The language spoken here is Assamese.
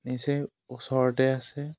নিচেই ওচৰতে আছে